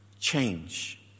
change